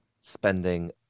spending